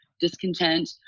discontent